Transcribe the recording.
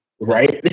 Right